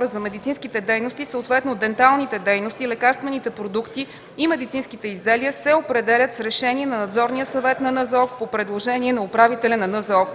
2 за медицинските дейности, съответно денталните дейности, лекарствените продукти и медицинските изделия се определят с решение на Надзорния съвет на НЗОК по предложение на управителя на НЗОК.